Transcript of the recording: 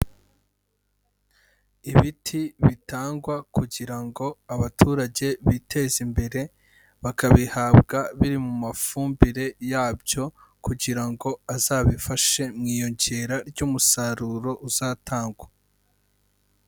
Ibiti bitangwa kugira ngo abaturage biteze imbere, bakabihabwa biri mu mafumbire yabyo kugira ngo azabifashe mu iyongera ry'umusaruro uzatangwa.